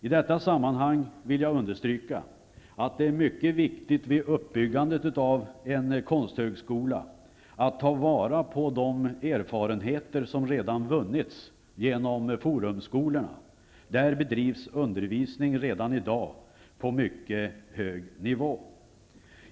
I detta sammanhang vill jag understryka att det är mycket viktigt vid uppbyggandet av en konsthögskola att ta vara på de erfarenheter som redan vunnits genom Forumskolorna. Där bedrivs undervisning redan i dag på mycket hög nivå.